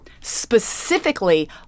specifically